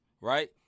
right